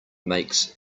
makes